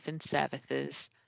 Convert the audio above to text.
services